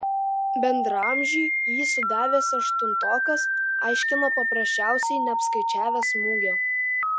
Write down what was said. bendraamžiui jį sudavęs aštuntokas aiškino paprasčiausiai neapskaičiavęs smūgio